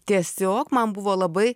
tiesiog man buvo labai